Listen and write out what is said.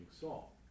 Saul